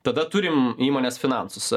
tada turim įmonės finansus